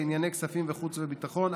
לענייני כספים ולענייני חוץ וביטחון,